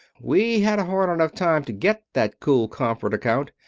we had a hard enough time to get that kool komfort account.